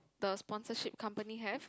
the sponsorship company have